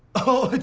oh,